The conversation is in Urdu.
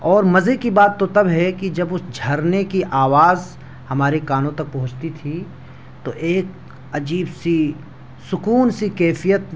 اور مزے کی بات تو تب ہے کہ جب اس جھرنے کی آواز ہمارے کانوں تک پہنچتی تھی تو ایک عجیب سی سکون سی كیفیت